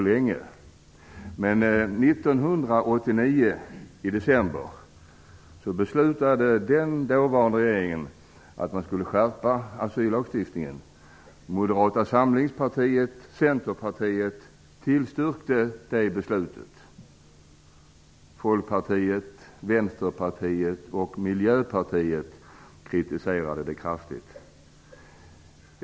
I december 1989 beslutade den dåvarande regeringen att man skulle skärpa asyllagstiftningen. Moderata samlingspartiet och Folkpartiet, Vänsterpartiet och Miljöpartiet kritiserade det kraftigt.